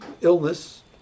illness